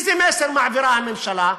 איזה מסר מעבירה הממשלה?